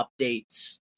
updates